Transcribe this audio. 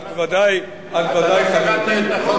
את ודאי, את ודאי, חברתי, אתה לא קראת את החוק.